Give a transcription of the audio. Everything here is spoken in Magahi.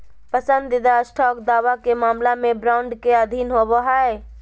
पसंदीदा स्टॉक दावा के मामला में बॉन्ड के अधीन होबो हइ